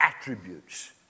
attributes